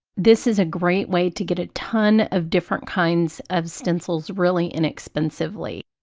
this is a great way to get a ton of different kinds of stencils really inexpensively,